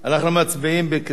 אנחנו מצביעים בקריאה